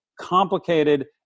complicated